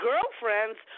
girlfriends